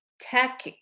tech